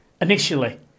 initially